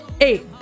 eight